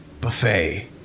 Buffet